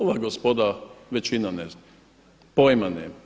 Ova gospoda većina ne zna, pojma nema.